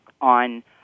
on